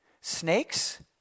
Snakes